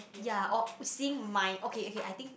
ya oh seeing my okay okay I think